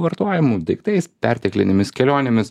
vartojimu daiktais perteklinėmis kelionėmis